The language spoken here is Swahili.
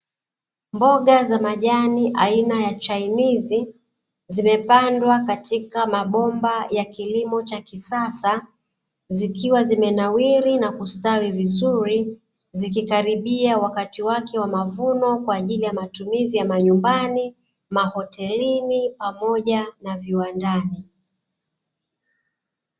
Mboga za majani aina ya chainizi, zimepandwa katika mabomba ya kilimo cha kisasa, zikiwa zimenawiri na kustawi vizuri, zikikaribia wakati wake wa mavuno kwa ajili ya matumizi ya manyumbani, mahotelini pamoja na viwandani.